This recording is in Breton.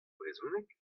brezhoneg